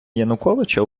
януковича